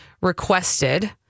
requested